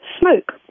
smoke